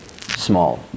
small